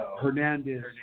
Hernandez